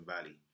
Valley